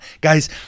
guys